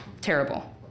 Terrible